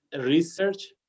research